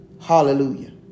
hallelujah